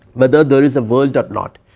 whether there is a world or not,